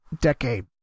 decade